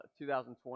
2020